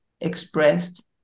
expressed